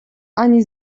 ani